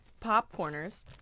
Popcorners